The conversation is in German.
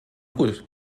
gut